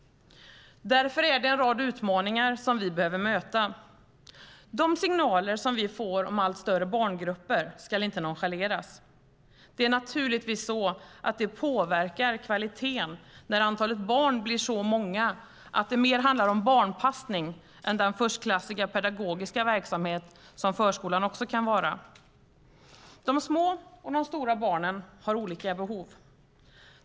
Därför finns det en rad utmaningar som vi behöver möta. De signaler vi får om allt större barngrupper ska inte nonchaleras. Det påverkar naturligtvis kvaliteten när antalet barn blir så stort att det mer handlar om barnpassning än om den förstklassiga pedagogiska verksamhet som förskolan också kan vara. De små och de stora barnen har olika behov.